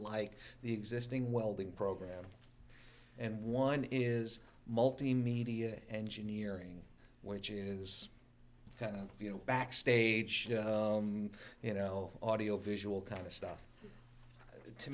like the existing welding program and one is multimedia engineering which is kind of you know back stage you know audio visual kind of stuff to